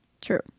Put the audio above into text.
true